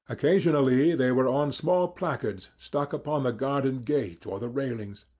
occasionally they were on small placards stuck upon the garden gate or the railings.